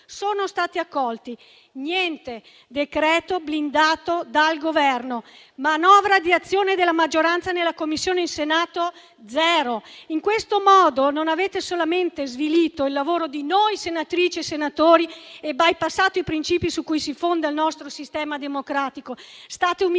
sono stati accolti. Niente: decreto blindato dal Governo; manovra di azione della maggioranza nella Commissione in Senato: zero. In questo modo non avete solamente svilito il lavoro di noi senatrici e senatori e bypassato i principi su cui si fonda il nostro sistema democratico, ma state umiliando